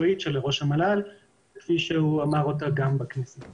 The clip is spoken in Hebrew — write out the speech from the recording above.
אנחנו בהחלט נכנסים בדלת הראשית ואנחנו נמצאים באכסניה התאימה.